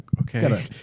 okay